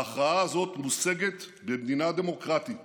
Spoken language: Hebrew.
ההכרעה הזאת מושגת במדינה דמוקרטית